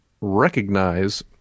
recognize